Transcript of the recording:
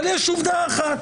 אבל יש עובדה אחת,